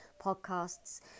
podcasts